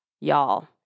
Y'all